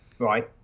Right